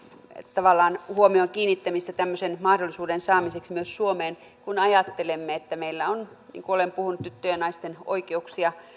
tavallaan huomion kiinnittämistä tämmöisen mahdollisuuden saamiseksi myös suomeen kun ajattelemme että meillä niin kuin olen puhunut tyttöjen ja naisten oikeuksia